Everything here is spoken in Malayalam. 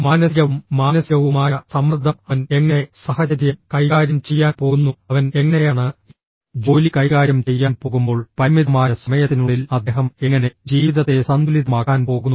മാനസികവും മാനസികവുമായ സമ്മർദ്ദം അവൻ എങ്ങനെ സാഹചര്യം കൈകാര്യം ചെയ്യാൻ പോകുന്നു അവൻ എങ്ങനെയാണ് ജോലി കൈകാര്യം ചെയ്യാൻ പോകുമ്പോൾ പരിമിതമായ സമയത്തിനുള്ളിൽ അദ്ദേഹം എങ്ങനെ ജീവിതത്തെ സന്തുലിതമാക്കാൻ പോകുന്നു